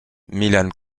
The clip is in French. milan